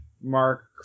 mark